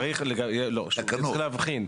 צריך להבחין.